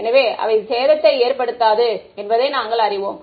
எனவே அவை சேதத்தை ஏற்படுத்தாது என்பதை நாங்கள் அறிவோம்